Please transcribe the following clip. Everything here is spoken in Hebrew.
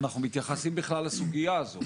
אנחנו מתייחסים בכלל לסוגיה הזו?